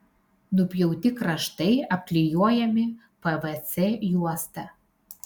nupjauti kraštai apklijuojami pvc juosta